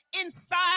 inside